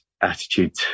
attitude